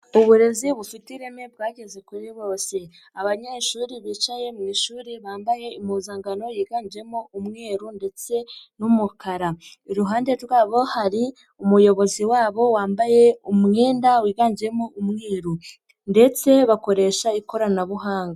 Uburezi bufite ireme bwageze kuri bose, abanyeshuri bicaye mu ishuri bambaye impuzankano yiganjemo umweru ndetse n'umukara, iruhande rwabo hari umuyobozi wabo wambaye umwenda wiganjemo umweru ndetse bakoresha ikoranabuhanga.